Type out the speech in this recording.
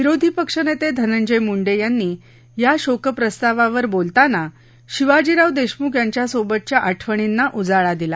विरोधी पक्ष नेते धनंजय मुंडे यांनी या शोकप्रस्तावावर बोलताना शिवाजीराव देशमुख यांच्यासोबतच्या आठवणींना उजाळा दिला